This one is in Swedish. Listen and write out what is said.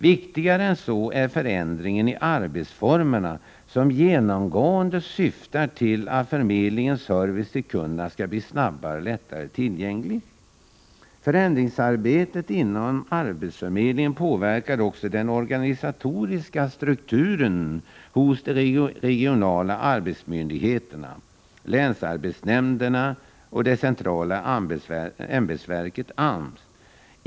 Viktigare än så är förändringarna i arbetsformerna och som genomgående syftar till att förmedlingens service till kunderna skall bli snabbare och lättare tillgänglig. Förändringsarbetet inom arbetsförmedlingen påverkar också den organi satoriska strukturen hos de regionala arbetsmarknadsmyndigheterna, länsarbetsnämnderna, och det centrala ämbetsverket, AMS.